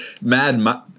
mad